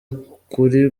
ukuri